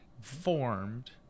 formed